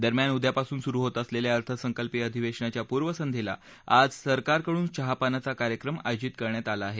दरम्यान उद्यापासून सुरु होत असलेल्या अर्थसंकल्पीय अधिवेशनाच्या पूर्वसंध्येला आज सरकारकडून चहापानाचा कार्यक्रम आयोजित करण्यात आला आहे